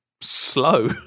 slow